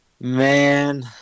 Man